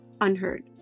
unheard